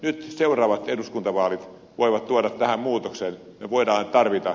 nyt seuraavat eduskuntavaalit voivat tuoda tähän muutoksen